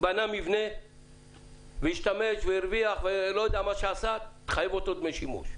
בנה מבנה והשתמש והרוויח, תחייב אותו בדמי שימוש.